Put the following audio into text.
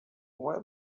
why